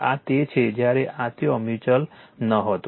આ તે છે જ્યારે ત્યાં મ્યુચ્યુઅલ નહોતું